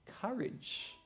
courage